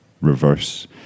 Reverse